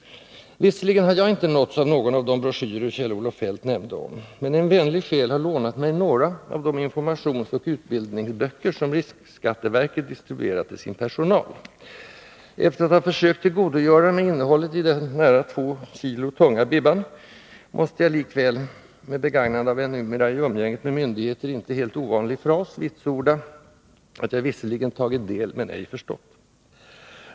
Visserligen har jag inte nåtts av någon av de broschyrer Kjell-Olof Feldt nämnde, men en vänlig själ har lånat mig några av de informationsoch utbildningsböcker som riksskatteverket distribuerat till sin personal. Efter att ha försökt tillgodogöra mig innehållet i den nära 2 kg tunga bibban måste jag likväl, med begagnande av en numera i umgänget med myndigheter inte helt ovanlig fras, vitsorda att jag visserligen ”tagit del, men ej förstått”.